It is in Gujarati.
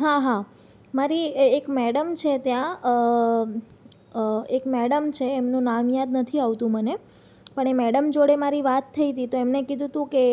હા હા મારી એક મેડમ છે ત્યાં એક મેડમ છે એમનું નામ યાદ નથી આવતું મને પણ એ મેડમ જોડે મારી વાત થઈ તી તો એમણે કીધુ તું કે